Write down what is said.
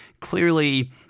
clearly –